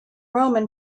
roman